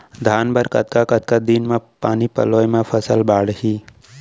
धान बर कतका कतका दिन म पानी पलोय म फसल बाड़ही?